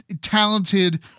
talented